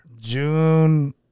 June